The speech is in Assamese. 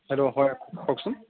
হেল্ল' হয় কওকচোন